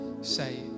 saved